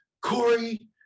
Corey